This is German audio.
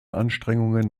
anstrengungen